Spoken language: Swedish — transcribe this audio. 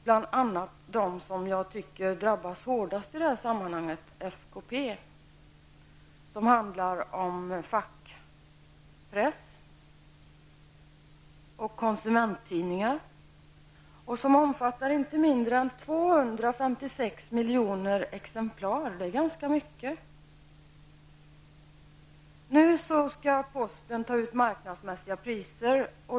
Bland dem som drabbas hårdast i sammanhanget är FKP, vilket berör fackpress och konsumenttidningar och som omfattar inte mindre än 256 miljoner exemplar. Det är ganska mycket. Nu skall posten ta ut marknadsmässiga priser.